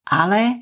ale